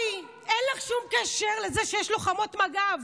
בואי, אין לך שום קשר לזה שיש לוחמות מג"ב.